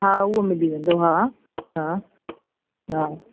हा उहो मिली वेंदो हा हा हा